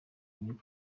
muri